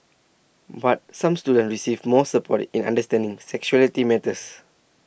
but some students receive more support in understanding sexuality matters